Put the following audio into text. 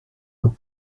with